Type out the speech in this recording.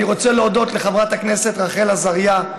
אני רוצה להודות לחברת הכנסת רחל עזריה,